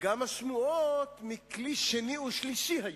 וגם השמועות מכלי שני ושלישי היו,